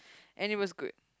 and it was good